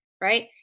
right